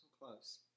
close